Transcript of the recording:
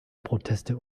proteste